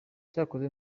cyakoze